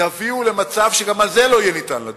תביאו למצב שגם על זה לא ניתן יהיה לדון,